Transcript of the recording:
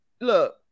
look